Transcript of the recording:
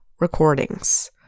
recordings